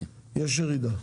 יש ירידה.